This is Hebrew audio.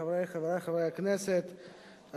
חברי חברי הכנסת,